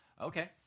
okay